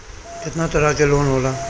केतना तरह के लोन होला?